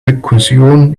recursion